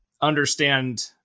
understand